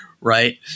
right